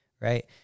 right